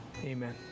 Amen